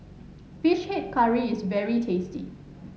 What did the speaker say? fish head curry is very tasty